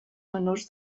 menors